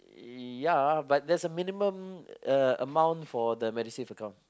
uh ya but there's a minimum uh amount for the Medisave account